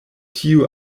tiu